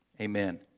Amen